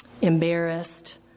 embarrassed